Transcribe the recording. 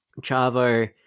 Chavo